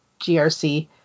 grc